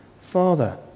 Father